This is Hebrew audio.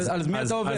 אז על מי אתה עובד?